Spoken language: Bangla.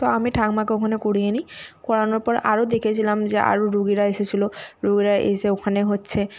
তো আমি ঠাকুমাকে ওখানে করিয়ে নি করানোর পর আরও দেখেছিলাম যে আরও রুগীরা এসেছিলো রুগীরা এসে ওখানে হচ্ছে